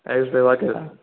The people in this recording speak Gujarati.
આયુષભાઈ વાઘેલા